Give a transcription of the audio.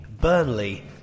Burnley